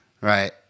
Right